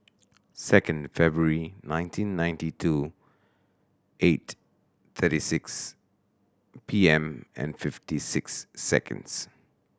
second February nineteen ninety two eight thirty six P M and fifty six seconds